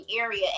area